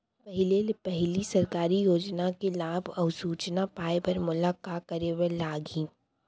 पहिले ले पहिली सरकारी योजना के लाभ अऊ सूचना पाए बर मोला का करे बर लागही?